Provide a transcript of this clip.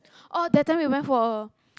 oh that time we went for a